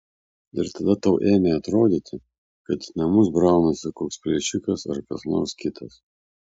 ir tada tau ėmė atrodyti kad į namus braunasi koks plėšikas ar kas nors kitas